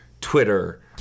Twitter